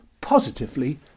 positively